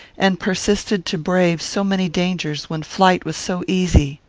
and persisted to brave so many dangers when flight was so easy.